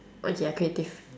okay ya creative